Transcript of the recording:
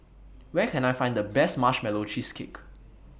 Where Can I Find The Best Marshmallow Cheesecake